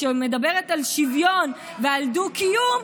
שמדברת על שוויון ועל דו-קיום,